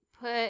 put